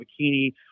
bikini